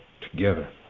together